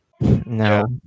No